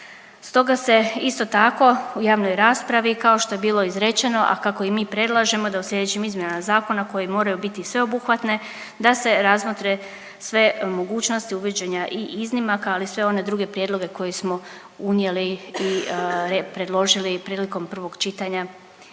Stoga se isto tako u javnoj raspravi kao što je bilo izrečeno, a kako i mi predlažemo da u sljedećim izmjenama zakona koje moraju biti sveobuhvatne da se razmotre sve mogućnosti uvođenja i iznimaka, ali i sve one druge prijedloge koje smo unijeli i predložili prilikom prvog čitanja